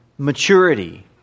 maturity